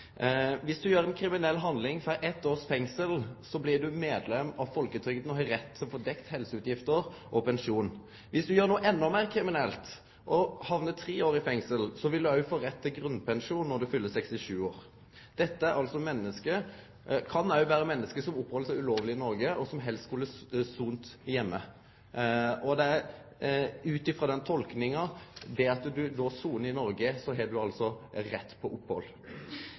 Viss ein gjer ei kriminell handling og får eitt års fengsel, blir ein medlem av folketrygda og har rett til å få dekt helseutgifter og pensjon. Viss ein gjer noko endå meir kriminelt og hamnar i fengsel i tre år, vil ein òg få rett til grunnpensjon når ein fyller 67 år. Dette kan vere menneske som oppheld seg ulovleg i Noreg, og som helst skulle ha sona heime. Ut frå den tolkinga er det slik at sonar ein i Noreg, har ein rett til opphald.